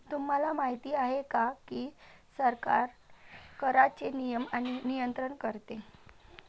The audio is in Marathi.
तुम्हाला माहिती आहे का की सरकार कराचे नियमन आणि नियंत्रण करते